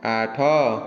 ଆଠ